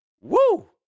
Woo